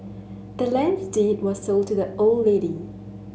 the land's deed was sold to the old lady